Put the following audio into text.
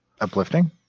uplifting